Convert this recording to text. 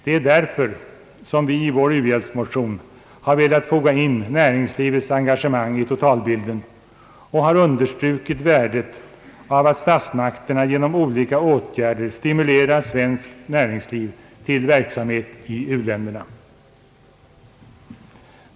Det är därför som vi i vår u-hjälpsmotion har velat foga in näringslivets engagemang i totalbilden och har understrukit värdet av att statsmakterna genom olika åtgärder stimulerar svenskt näringsliv till verksamhet i u-länderna.